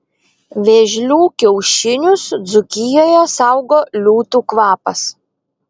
vėžlių kiaušinius dzūkijoje saugo liūtų kvapas